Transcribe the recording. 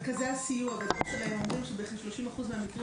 מרכזי הסיוע --- אומרים שבכ-30% מהמקרים